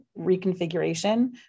Reconfiguration